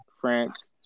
France